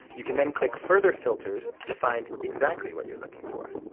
you can then click further filters to find exactly what you're looking for.